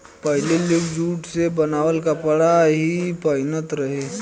पहिले लोग जुट से बनावल कपड़ा ही पहिनत रहे